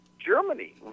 Germany